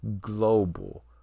global